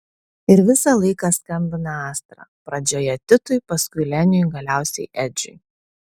ir visą laiką skambina astra pradžioje titui paskui leniui galiausiai edžiui